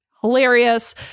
hilarious